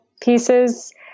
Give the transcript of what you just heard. pieces